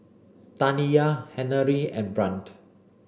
Taniyah Henery and Brant